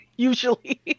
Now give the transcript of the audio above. Usually